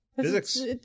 Physics